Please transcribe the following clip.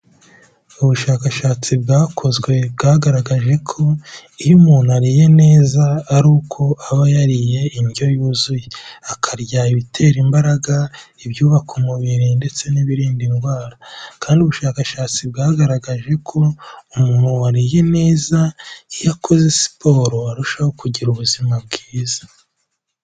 Ubushakashatsi bwakozwe, bwagaragaje ko iyo umuntu ariye neza ari uko aba yariye indyo yuzuye. Akarya ibitera imbaraga ibyubaka umubiri ndetse n'ibirinda indwara kandi ubushakashatsi bwagaragaje ko umuntu wariye neza iyo akoze siporo arushaho kugira ubuzima bwiza.